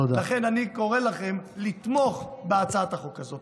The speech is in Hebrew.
לכן, אני קורא לכם לתמוך בהצעת החוק הזאת.